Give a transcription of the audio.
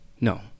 No